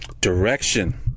Direction